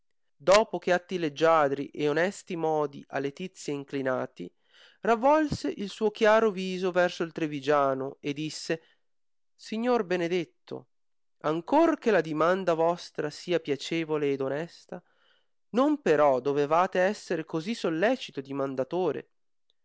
dopo con atti leggiadri e onesti modi a letizia inclinati ravolse il suo chiaro viso verso il trivigiano e disse signor benedetto ancor che la dimanda vostra sia piacevole ed onesta non però dovevate essere così sollecito dimandatore